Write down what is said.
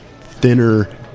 thinner